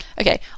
Okay